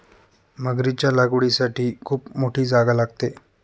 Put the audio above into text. मगरीच्या लागवडीसाठी खूप मोठी जागा लागते